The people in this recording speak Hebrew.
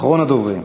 אחרון הדוברים.